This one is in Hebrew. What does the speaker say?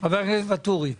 הכנסת ואטורי.